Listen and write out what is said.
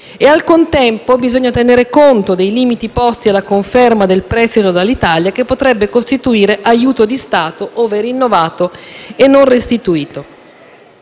Al contempo, bisogna tenere conto dei limiti posti alla conferma del prestito all'Alitalia, che potrebbe costituire aiuto di Stato, ove rinnovato e non restituito.